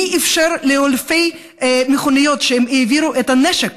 מי אפשר לאלפי מכוניות שהעבירו את הנשק